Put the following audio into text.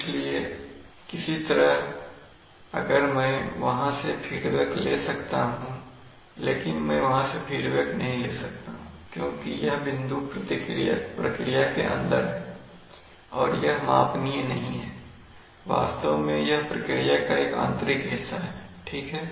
इसलिए किसी तरह अगर मैं वहां से फीडबैक ले सकता हूं लेकिन मैं वहां से फीडबैक नहीं ले सकता हूं क्योंकि यह बिंदु प्रक्रिया के अंदर है और यह मापनीय नहीं है वास्तव में यह प्रक्रिया का एक आंतरिक हिस्सा हैठीक है